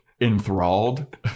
enthralled